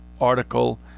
article